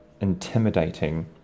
intimidating